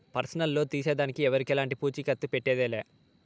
personal loan తీసేదానికి ఎవరికెలంటి పూచీకత్తు పెట్టేదె లా